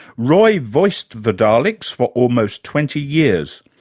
roy voiced the daleks for almost twenty years,